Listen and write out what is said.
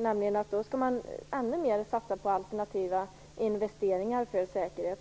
nämligen att man då ännu mer skall satsa på alternativa investeringar för säkerhet.